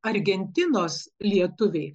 argentinos lietuviai